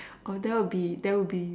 oh that would be that would be